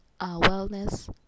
wellness